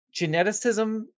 geneticism